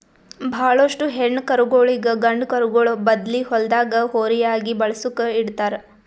ಭಾಳೋಷ್ಟು ಹೆಣ್ಣ್ ಕರುಗೋಳಿಗ್ ಗಂಡ ಕರುಗೋಳ್ ಬದ್ಲಿ ಹೊಲ್ದಾಗ ಹೋರಿಯಾಗಿ ಬೆಳಸುಕ್ ಇಡ್ತಾರ್